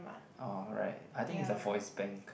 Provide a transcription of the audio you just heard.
alright I think it's a voice bank